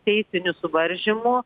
teisinių suvaržymų